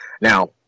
Now